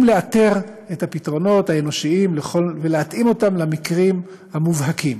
אבל יודעים לאתר את הפתרונות האנושיים ולהתאים אותם למקרים המובהקים.